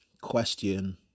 question